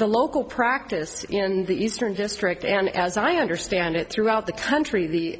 the local practice in the eastern district and as i understand it throughout the country the